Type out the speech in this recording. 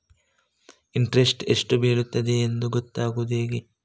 Interest ಎಷ್ಟು ಬೀಳ್ತದೆಯೆಂದು ಗೊತ್ತಾಗೂದು ಹೇಗೆ?